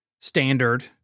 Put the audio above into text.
standard